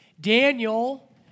Daniel